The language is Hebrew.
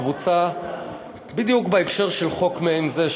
קבוצה בהקשר של חוק מעין זה,